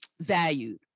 valued